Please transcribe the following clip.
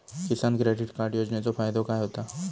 किसान credit card योजनेचो फायदो काय होता?